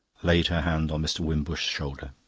laid her hand on mr. wimbush's shoulder.